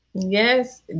Yes